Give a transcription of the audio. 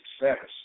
success